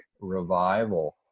revival